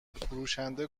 فروشنده